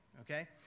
Okay